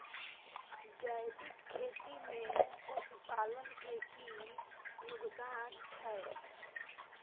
जैविक खेती में पशुपालन के की योगदान छै?